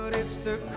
but it's the